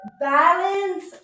balance